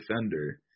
defender